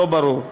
לא ברור.